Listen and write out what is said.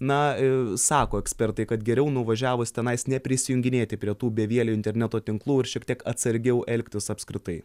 na sako ekspertai kad geriau nuvažiavus tenais neprisijunginėti prie tų bevielio interneto tinklų ir šiek tiek atsargiau elgtis apskritai